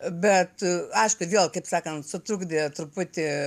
bet aišku vėl kaip sakant sutrukdė truputį